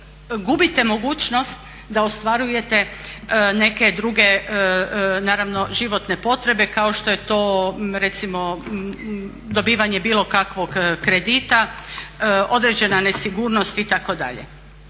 gubite mogućnost da ostvarujete neke druge naravno životne potrebe kao što je to recimo dobivanje bilo kakvog kredita, određena nesigurnost itd.